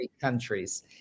countries